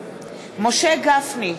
משה גפני,